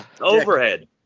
overhead